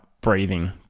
breathing